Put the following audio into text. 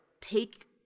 take